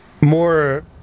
more